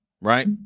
right